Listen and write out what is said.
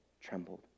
trembled